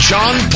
John